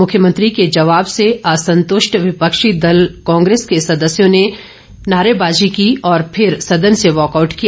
मुख्यमंत्री के जवाब से असंतुष्ट विपक्षी दल कांगेस के सदस्य नारेबाजी करने लगे और फिर सदन से वाकआउट किया